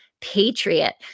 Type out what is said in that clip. Patriot